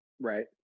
Right